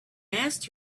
asked